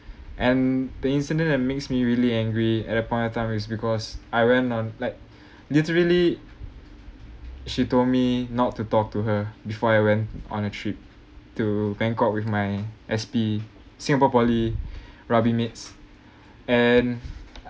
and the incident that makes me really angry at that point of time is because I went on like literally she told me not to talk to her before I went on a trip to bangkok with my S_P singapore poly rugby mates and